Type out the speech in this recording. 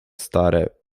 stare